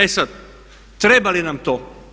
E sad treba li nam to?